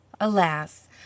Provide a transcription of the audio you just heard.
Alas